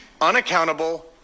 unaccountable